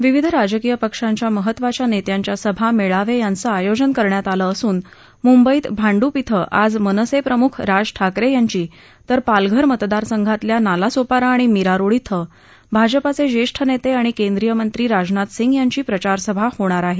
विविध राजकीय पक्षांच्या महत्वाच्या नेत्यांच्या सभा मेळावे यांचं आयोजन करण्यात आलं असून मुंबईत भाडूंप इथं आज मनसे प्रमुख राज ठाकरे यांची तर पालघर मतदारसंघातल्या नालासोपारा आणि मीरा रोड इथं भाजपाचक्रियक्ष नत्ताआणि केंद्रीय मंत्री राजनाथ सिंह यांची प्रचार सभा होणार आहे